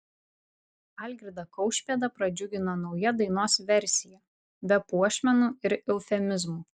algirdą kaušpėdą pradžiugino nauja dainos versija be puošmenų ir eufemizmų